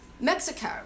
Mexico